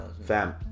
Fam